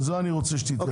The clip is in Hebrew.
לזה אני רוצה שתתייחס.